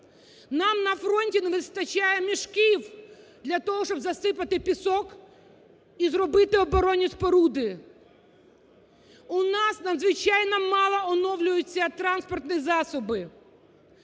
Нам на фронті не вистачає мішків для того, щоб засипати пісок і зробити оборонні споруди. У нас надзвичайно мало оновлюються транспортні засоби.